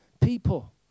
people